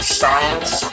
science